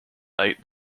night